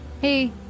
Hey